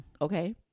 okay